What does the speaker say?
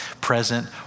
present